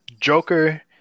Joker